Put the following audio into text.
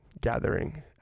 gathering